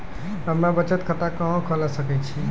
हम्मे बचत खाता कहां खोले सकै छियै?